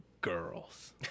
girls